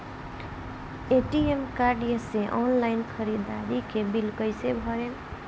ATM card से online ख़रीदारी के बिल कईसे भरेम?